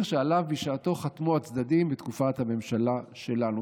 שעליו חתמו בשעתו הצדדים בתקופת הממשלה שלנו.